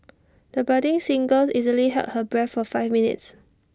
the budding singer easily held her breath for five minutes